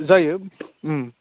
जायो